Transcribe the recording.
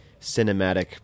cinematic